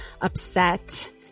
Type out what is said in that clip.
upset